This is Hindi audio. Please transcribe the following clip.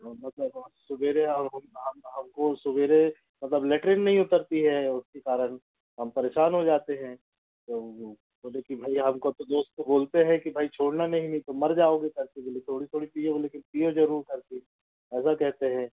हाँ मतलब सवेरे हमको सवेरे मतलब लैट्रिन नहीं उतरती है उसके कारण हम परेशान हो जाते हैं तो बोले कि भैया हमको दोस्त बोलते हैं कि भाई छोड़ना नहीं नहीं तो मर जाओगे कर के बोले थोड़ी थोड़ी पियो लेकिन पियो ज़रूर कर के ऐसा कहते हैं